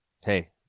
Hey